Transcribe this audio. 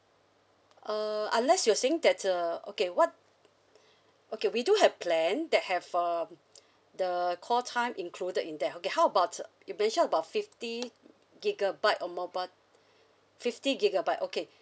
err unless you're saying that uh okay what okay we do have plan that have um the call time included in that okay how about you mentioned about fifty gigabyte of mobile fifty gigabyte okay